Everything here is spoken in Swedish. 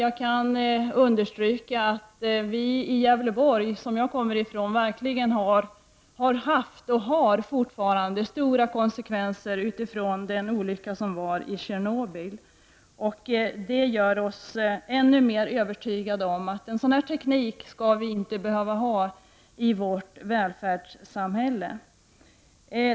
Jag kan understryka att vi i mitt hemlän Gävleborg har drabbats och fortfarande drabbas av svåra konsekvenser av Tjernobylolyckan. Det gör oss ännu mer övertygade om att vi inte skall behöva ha en sådan här teknik i vårt välfärdssamhälle.